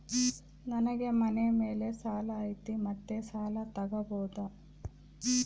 ನನಗೆ ಮನೆ ಮೇಲೆ ಸಾಲ ಐತಿ ಮತ್ತೆ ಸಾಲ ತಗಬೋದ?